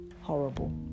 horrible